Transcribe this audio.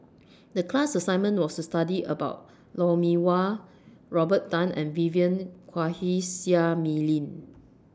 The class assignment was to study about Lou Mee Wah Robert Tan and Vivien Quahe Seah Mei Lin